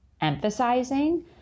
emphasizing